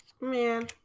Man